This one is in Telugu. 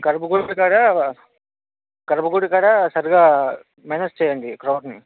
గర్భగుడికాడా గర్భగుడికాడా సరిగా మ్యానేజ్ చేయండి క్రౌడ్ని